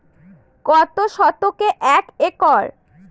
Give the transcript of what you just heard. কত শতকে এক একর?